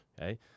okay